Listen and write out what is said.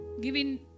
giving